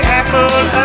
apple